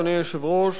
אדוני היושב-ראש,